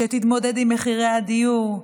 שתתמודד עם מחירי הדיור,